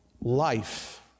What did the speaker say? life